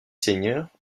seigneurs